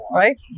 right